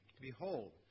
Behold